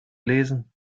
lesen